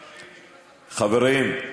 חברים,